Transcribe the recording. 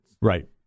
Right